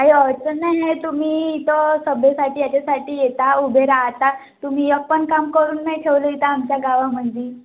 काही अडचण नाही आहे तुम्ही इथं सभेसाठी याच्यासाठी येता उभे राहता तुम्ही एक पण काम करून नाही ठेवले इथं आमच्या गावामध्ये